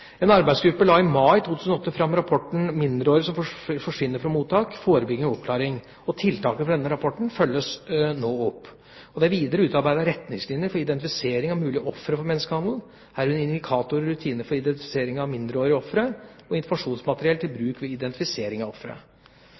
En arbeidsgruppe la i mai 2008 fram rapporten «Mindreårige som forsvinner fra mottak – forebygging og oppklaring». Tiltakene fra denne rapporten følges nå opp. Det er videre utarbeidet retningslinjer for identifisering av mulige ofre for menneskehandel, herunder indikatorer og rutiner for identifisering av mindreårige ofre og informasjonsmateriell til bruk ved identifisering av